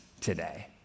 today